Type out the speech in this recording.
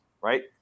right